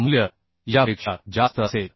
मूल्य यापेक्षा जास्त असेल